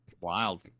Wild